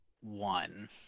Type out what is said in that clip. one